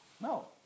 No